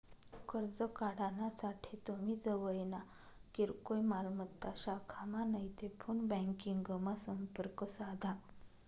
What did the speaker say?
कर्ज काढानासाठे तुमी जवयना किरकोय मालमत्ता शाखामा नैते फोन ब्यांकिंगमा संपर्क साधा